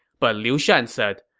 but liu shan said,